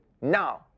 now